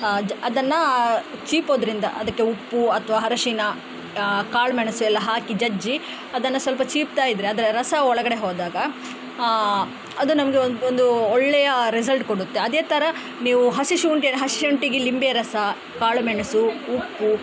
ಜ್ ಅದನ್ನು ಚೀಪೋದರಿಂದ ಅದಕ್ಕೆ ಉಪ್ಪು ಅಥವಾ ಅರಶಿನ ಕಾಳುಮೆಣಸು ಎಲ್ಲ ಹಾಕಿ ಜಜ್ಜಿ ಅದನ್ನು ಸ್ವಲ್ಪ ಚೀಪ್ತಾ ಇದ್ದರೆ ಅದರ ರಸ ಒಳಗಡೆ ಹೋದಾಗ ಅದು ನಮಗೆ ಒಂದು ಒಳ್ಳೆಯ ರಿಸಲ್ಟ್ ಕೊಡುತ್ತೆ ಅದೇ ಥರ ನೀವು ಹಸಿಶುಂಠಿಯನ್ನು ಹಸಿಶುಂಠಿಗೆ ಲಿಂಬೆರಸ ಕಾಳುಮೆಣಸು ಉಪ್ಪು